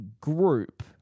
group